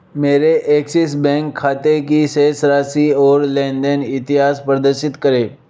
मेरे Axis bank खाते की शेष राशि और लेन देन इतिहास प्रदर्शित करें